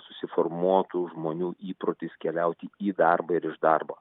susiformuotų žmonių įprotis keliauti į darbą ir iš darbo